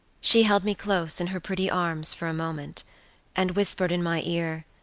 she held me close in her pretty arms for a moment and whispered in my ear,